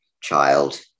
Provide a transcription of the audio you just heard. child